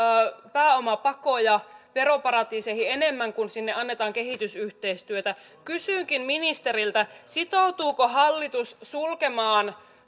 pääomapakoja veroparatiiseihin enemmän kuin sinne annetaan kehitysyhteistyötä kysynkin ministeriltä sitoutuuko hallitus sulkemaan